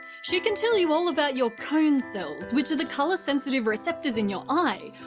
she can tell you all about your cones cells, which are the color sensitive receptors in your eye,